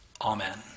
Amen